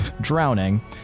drowning